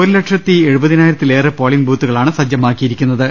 ഒരുലക്ഷത്തി എഴുപതിനായിരത്തിലേറെ പോളിങ് ബൂത്തുകളാണ് സജ്ജമാക്കിയിരിക്കു ന്നത്